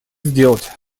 сделать